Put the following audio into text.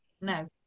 No